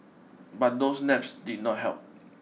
but those naps did not help